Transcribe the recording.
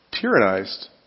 tyrannized